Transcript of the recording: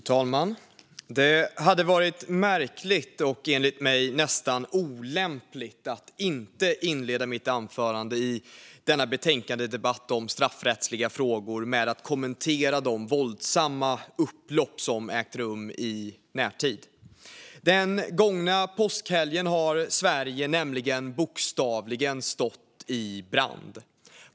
Fru talman! Det hade varit märkligt och enligt mig nästan olämpligt att inte inleda mitt anförande i denna betänkandedebatt om straffrättsliga frågor med att kommentera de våldsamma upplopp som ägt rum i närtid. Den gångna påskhelgen har Sverige nämligen bokstavligen stått i brand.